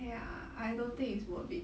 ya I don't think it's worth it